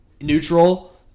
neutral